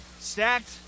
Stacked